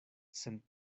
sen